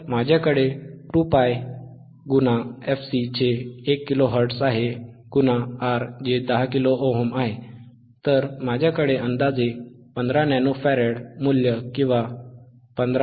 माझ्याकडे 2πfc जे 1 kilo hertz आहे R जे 10 किलो ओहम 10kΩ आहे तर माझ्याकडे अंदाजे 15 नॅनो फॅराड मूल्य किंवा 15